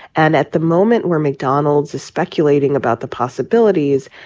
and at the moment, where mcdonald's is speculating about the possibilities.